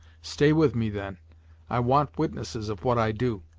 stay with me, then i want witnesses of what i do.